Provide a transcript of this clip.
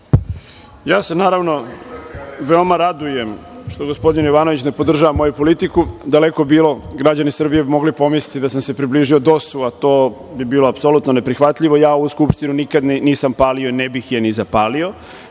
Ja se naravno veoma radujem što gospodin Jovanović ne podržava moju politiku. Daleko bilo, građani Srbije bi mogli pomisliti da sam se približio DOS-u , a to bi bilo apsolutno ne prihvatljivo. Ja ovu Skupštinu nikada nisam palio, ne bih je ni zapalio.